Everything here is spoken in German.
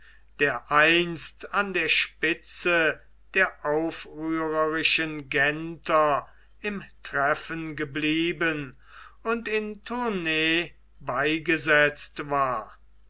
der einst an der spitze der aufrührerischen genter im treffen geblieben und in tournay beigesetzt war